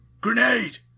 Grenade